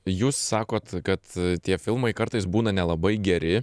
jūs sakot kad tie filmai kartais būna nelabai geri